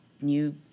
new